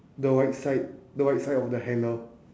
the right side the right side of the hanger